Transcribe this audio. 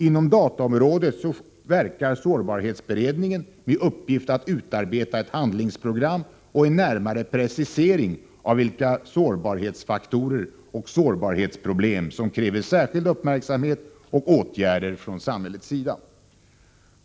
Inom dataområdet verkar sårbarhetsberedningen med uppgift att utarbeta ett handlingsprogram och en närmare precisering av vilka sårbarhetsfaktorer och sårbarhetsproblem som kräver särskild uppmärksamhet och åtgärder från samhällets sida.